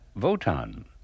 Wotan